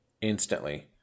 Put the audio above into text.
Instantly